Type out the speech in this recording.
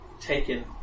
taken